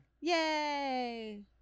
Yay